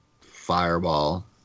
fireball